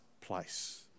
place